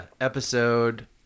episode